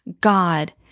God